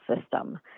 system